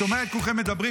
שומע את כולכם מדברים.